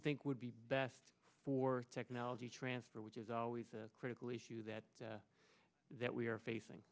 think would be best for technology transfer which is always a critical issue that that we are facing